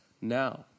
now